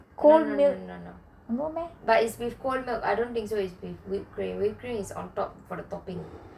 no no no no but is with cold milk I don't think is with whipped cream whipped cream is on top for the topping